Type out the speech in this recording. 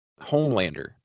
Homelander